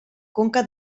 conca